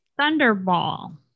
Thunderball